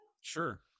Sure